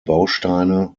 bausteine